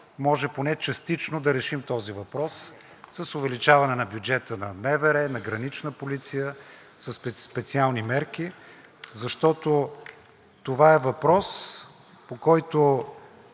може поне частично да решим този въпрос – с увеличаване на бюджета на МВР, на Гранична полиция, със специални мерки. Защото това е въпрос, по който